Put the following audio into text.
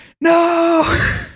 No